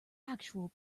actual